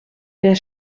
der